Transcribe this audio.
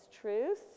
truth